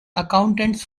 accountants